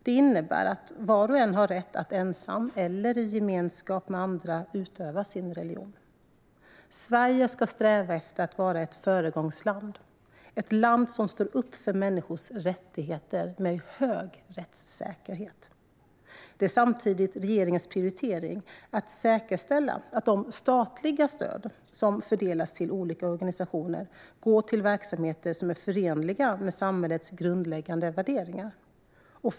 Det innebär att var och en har rätt att ensam eller i gemenskap med andra utöva sin religion. Sverige ska sträva efter att vara ett föregångsland - ett land som står upp för människors rättigheter med hög rättssäkerhet. Det är samtidigt regeringens prioritering att säkerställa att de statliga stöd som fördelas till olika organisationer går till verksamheter som är förenliga med samhällets grundläggande värderingar.